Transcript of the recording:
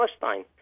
Palestine